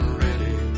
ready